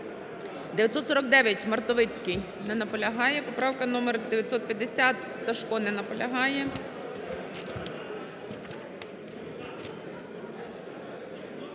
949, Мартовицький не наполягає. Поправка номер 950, Сажко не наполягає.